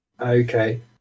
Okay